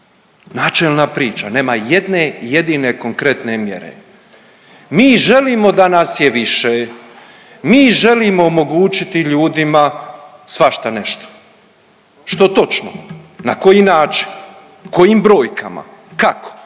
Načelna priča, nema jedne jedine konkretne mjere. Mi želimo da nas je više, mi želimo omogućiti ljudima svašta nešto, što točno, na koji način, kojim brojkama, kako.